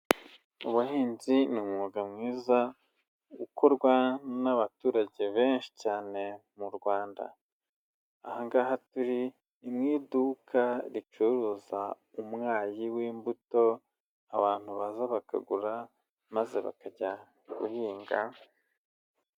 Ubuhinzi ni umwuga mwiza ukorwa n'abaturage benshi cyane mu Rwanda, aha ngaha turi mu iduka ricuruza umwayi w'imbuto, abantu baza bakagura maze bakajya guhinga.